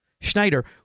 Schneider